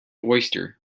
oyster